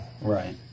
Right